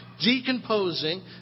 decomposing